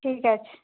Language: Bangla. ঠিক আছে